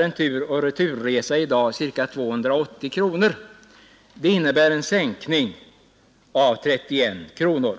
en biljett tur och retur efter prissänkningen att kosta ca 280 kronor. Det innebär en sänkning med 31 kronor.